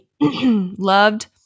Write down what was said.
loved